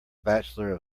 bachelor